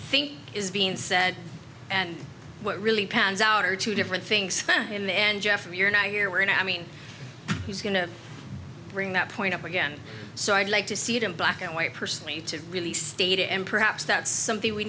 think is being said and what really pans out are two different things in the end jeff we're not here we're in i mean he's going to bring that point up again so i'd like to see it in black and white personally to really state it and perhaps that's something we